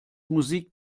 musik